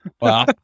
Wow